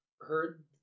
heard